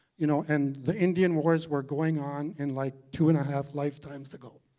you know and the indian wars were going on in like two-and-a-half lifetimes ago,